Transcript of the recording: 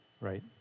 right